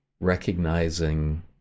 recognizing